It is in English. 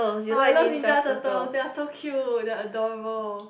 I love Ninja Turtles they are so cute and adorable